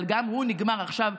אבל גם הוא נגמר עכשיו,